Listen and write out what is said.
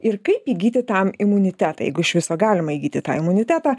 ir kaip įgyti tam imunitetą jeigu iš viso galima įgyti tą imunitetą